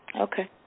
Okay